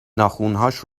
ناخنهاش